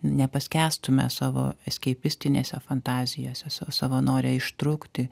nepaskęstume savo eskeipistinėse fantazijose sa savo nore ištrūkti